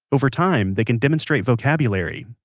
over time they can demonstrate vocabulary,